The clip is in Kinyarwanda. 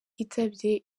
yitabye